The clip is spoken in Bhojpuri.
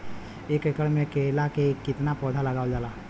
एक एकड़ में केला के कितना पौधा लगावल जाला?